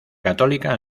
católica